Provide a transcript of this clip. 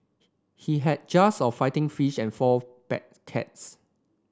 he had jars of fighting fish and four pet cats